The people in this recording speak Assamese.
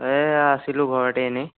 এই আছিলো ঘৰতে এনে